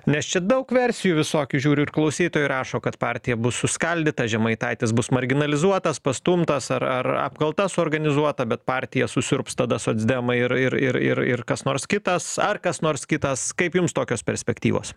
nes čia daug versijų visokių žiūriu ir klausytojai rašo kad partija bus suskaldyta žemaitaitis bus marginalizuotas pastumtas ar ar apkalta suorganizuota bet partiją susiurbs tada socdemai ir ir ir ir ir kas nors kitas ar kas nors kitas kaip jums tokios perspektyvos